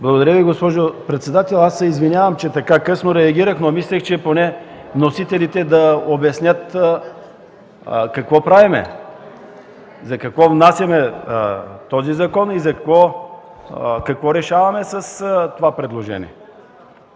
Благодаря Ви, госпожо председател. Извинявам се, че така късно реагирах, но мислех, че поне вносителите ще обяснят какво правим – за какво внасяме този закон и какво решаваме с това предложение?